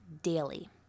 daily